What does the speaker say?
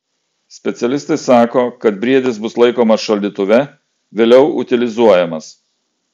specialistai sako kad briedis bus laikomas šaldytuve vėliau utilizuojamas